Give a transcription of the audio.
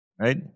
right